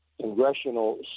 congressional